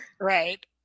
Right